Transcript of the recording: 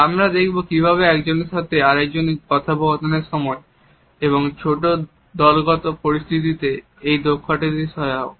আমরা দেখবো কিভাবে একজনের সাথে আরেকজনের কথোপকথনের সময় এবং ছোট দলগত পরিস্থিতিতে এই দক্ষতাটি সহায়ক